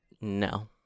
No